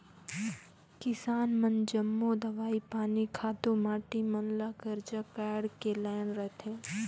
किसान मन जम्मो दवई पानी, खातू माटी मन ल करजा काएढ़ के लाएन रहथें